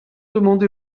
demandé